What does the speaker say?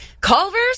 Culver's